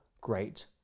great